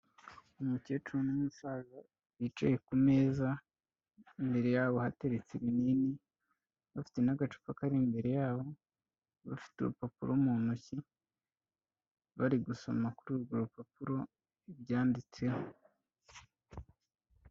Umukecuru n'umusaza bicaye ku meza, imbere yabo hateretse ibinini, bafite n'agacupa kari imbere yabo, bafite urupapuro mu ntoki, bari gusoma kuri urwo rupapuro ibyanditseho.